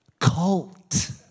Cult